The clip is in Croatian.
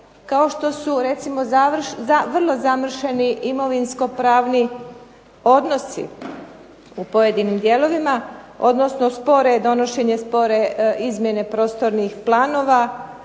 kao što su recimo vrlo zamršeni imovinsko-pravni odnosi u pojedinim dijelovima, odnosno donošenje spore izmjene prostornih planova,